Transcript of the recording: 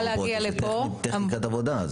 זו טכניקת עבודה,